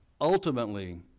ultimately